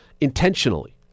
intentionally